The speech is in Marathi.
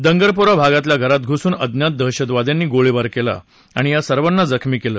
दंगर पोरा भागातल्या घरात घुसून अज्ञात दहशतवाद्यांनी गोळीबार केला आणि या सर्वांना जखमी केलं